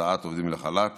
הוצאת עובדים לחל"ת